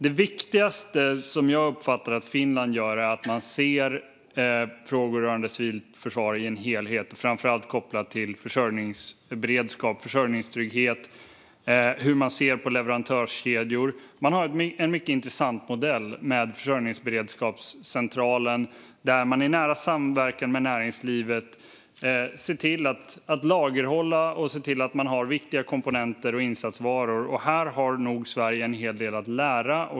Det viktigaste som jag uppfattar att Finland gör är att man ser frågor rörande civilt försvar i en helhet framför allt kopplat till försörjningsberedskap och försörjningstrygghet. Det handlar om hur man ser på leverantörskedjor. Man har en mycket intressant modell med Försörjningsberedskapscentralen där man i nära samverkan med näringslivet ser till att lagerhålla och ser till att man har viktiga komponenter och insatsvaror. Här har nog Sverige en hel del att lära.